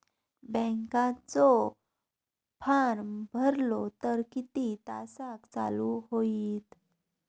बँकेचो फार्म भरलो तर किती तासाक चालू होईत?